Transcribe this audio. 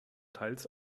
teils